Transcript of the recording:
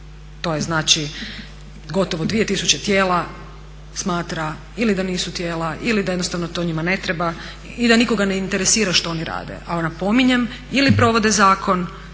to je znači gotovo 2000 tijela smatra da ili da nisu tijela ili da jednostavno to njima ne treba i da nikoga ne interesira što oni rade, ali napominjem ili provode zakon